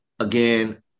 again